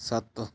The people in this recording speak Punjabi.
ਸੱਤ